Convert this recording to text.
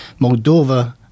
Moldova